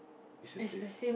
it's the same